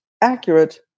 accurate